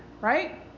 right